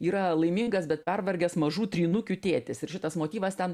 yra laimingas bet pervargęs mažų trynukių tėtis ir šitas motyvas ten